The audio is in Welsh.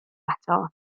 eto